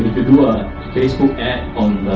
do a facebook ad on